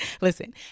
Listen